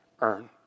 earn